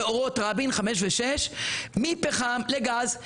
באורות רבין חמש ושש מפחם לגז,